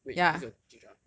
wait who's your chitra